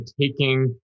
taking